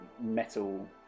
metal